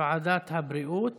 לוועדת הבריאות